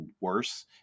worse